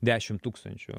dešimt tūkstančių